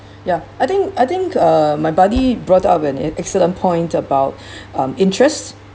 ya I think I think uh my buddy brought up an e~ excellent point about um interest